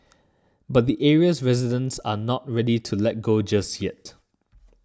but the area's residents are not ready to let go just yet